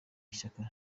ishyaka